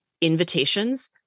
invitations